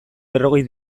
berrogei